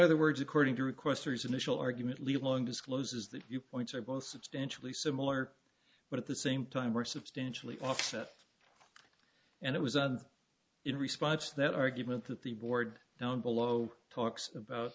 other words according to requestors initial argument leave long discloses that you points are both substantially similar but at the same time are substantially offset and it was on in response to that argument that the board down below talks about